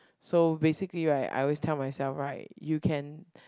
so basically right I always tell myself right you can